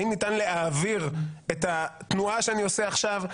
האם ניתן להעביר את התנועה שאני עושה עכשיו?